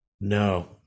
No